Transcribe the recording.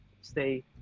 stay